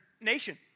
nation